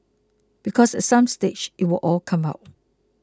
because at some stage it will all come out